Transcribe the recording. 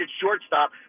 shortstop